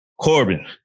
Corbin